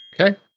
Okay